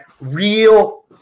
real